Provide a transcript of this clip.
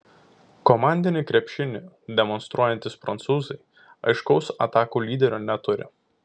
komandinį krepšinį demonstruojantys prancūzai aiškaus atakų lyderio neturi